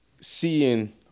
seeing